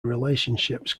relationships